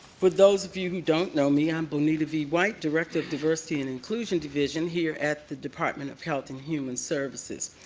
for those who don't know me, i'm bonita v. white, director of diversity and inclusion division here at the department of health and human services.